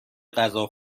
غذا